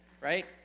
right